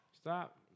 Stop